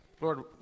Lord